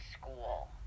school